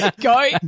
go